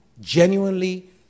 Genuinely